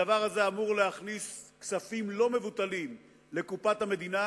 הדבר הזה אמור להכניס כספים לא מבוטלים לקופת המדינה,